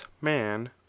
man